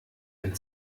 ein